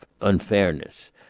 unfairness